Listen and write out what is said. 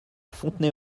fontenay